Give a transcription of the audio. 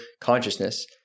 consciousness